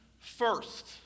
First